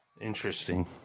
interesting